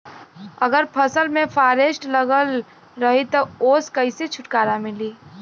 अगर फसल में फारेस्ट लगल रही त ओस कइसे छूटकारा मिली?